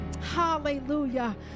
Hallelujah